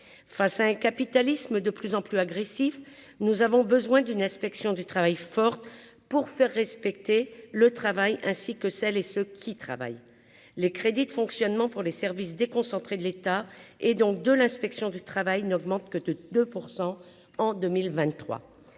face à un capitalisme de plus en plus agressifs, nous avons besoin d'une inspection du travail forte pour faire respecter le travail ainsi que celles et ceux qui travaillent, les crédits de fonctionnement pour les services déconcentrés de l'État et donc de l'inspection du travail n'augmente que de 2 % en 2023